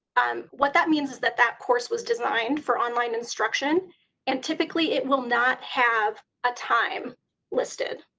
um what that means is that that course was designed for online instruction and typically it will not have a time listed.